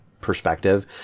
perspective